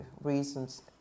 reasons